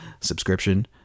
Subscription